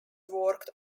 worked